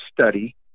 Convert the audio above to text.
study